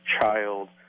child